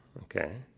okay,